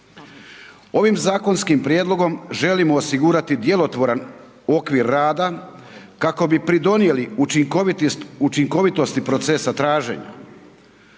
Ovim zakonskim prijedlogom želimo osigurati djelotvoran okvir rada kako bi pridonijeli učinkovitosti procesa traženja.